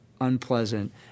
unpleasant